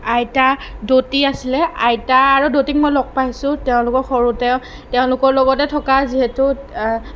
আইতা দৌতি আছিলে আইতা আৰু দৌতিক মই লগ পাইছোঁ তেওঁলোকক সৰুতে তেওঁলোকৰ লগতে থকা যিহেতু